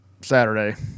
Saturday